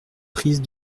prise